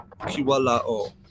Kiwalao